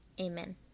Amen